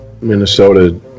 Minnesota